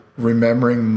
Remembering